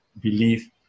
belief